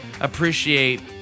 appreciate